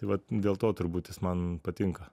tai vat dėl to turbūt jis man patinka